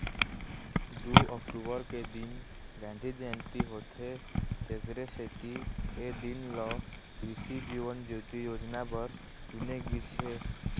दू अक्टूबर के दिन गांधी जयंती होथे तेखरे सेती ए दिन ल कृसि जीवन ज्योति योजना बर चुने गिस हे